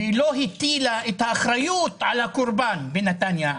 והיא לא הטילה את האחריות על הקורבן בנתניה,